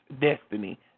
destiny